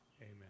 Amen